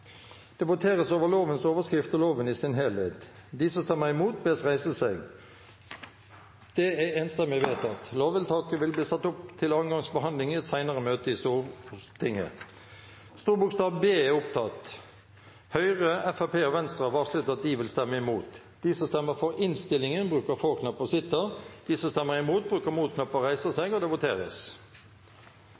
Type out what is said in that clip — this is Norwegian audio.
Det voteres over lovens overskrift og loven i sin helhet. Lovvedtaket vil bli ført opp til andre gangs behandling i et senere møte i Stortinget. Videre var innstilt: Arbeiderpartiet, Sosialistisk Venstreparti og Rødt har varslet at de vil stemme imot. President! Jeg fikk ikke votert. Da legger vi det til stemmetallene. Da skal voteringsresultatet være 64 stemmer for og 39 stemmer imot komiteens innstilling. Videre var innstilt: Arbeiderpartiet og